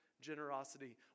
generosity